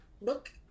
look